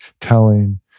telling